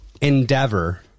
endeavor